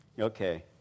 Okay